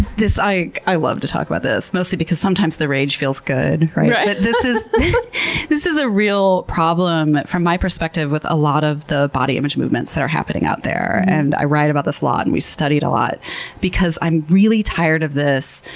this, i i love to talk about this mostly because sometimes the rage feels good, right? right. this is this is a real problem, from my perspective, with a lot of the body image movements that are happening out there. and i write about this a lot and we study it a lot because i'm really tired of this,